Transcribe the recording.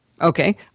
Okay